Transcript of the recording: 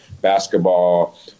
basketball